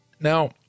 Now